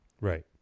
right